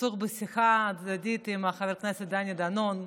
עסוק בשיחה צדדית עם חבר הכנסת דני דנון.